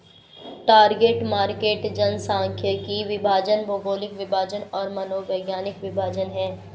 target market जनसांख्यिकीय विभाजन, भौगोलिक विभाजन और मनोवैज्ञानिक विभाजन हैं